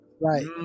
Right